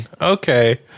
Okay